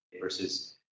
versus